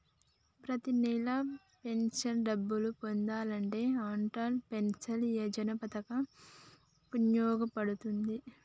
ప్రతి నెలా పెన్షన్ డబ్బులు పొందాలంటే అటల్ పెన్షన్ యోజన పథకం వుపయోగ పడుతుంది